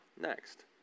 next